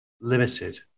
limited